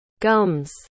gums